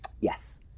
Yes